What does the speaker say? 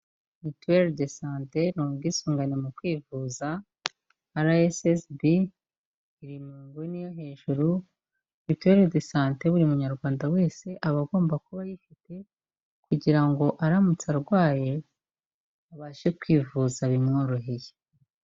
Mituweli de sante ni ubwisungane mu kwivuza RSSB iri mu nguni yo hejuru, mutuweli de sante buri munyarwanda wese aba agomba kuba ayifite kugira ngo aramutse arwaye abashe kwivuza bimworoheye.